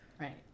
right